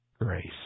grace